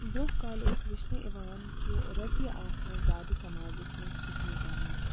برٛونٛہہ کالہِ اوس وٕچھنہٕ یِوان کہِ رۄپیہِ آسنہٕ زیادٕ سماجَس منٛز کِہیٖنۍ تہِ نہٕ